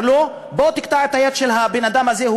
לו: בוא ותקטע את היד של הבן-אדם הזה,